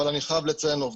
אבל אני חייב לציין עובדות.